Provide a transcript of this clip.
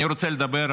אני רוצה לדבר,